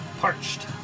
Parched